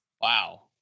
Wow